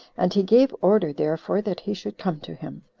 and he gave order, therefore, that he should come to him,